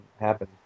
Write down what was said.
happen